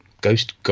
Ghost